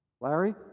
Larry